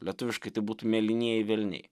lietuviškai tai būtų mėlynieji velniai